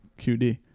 qd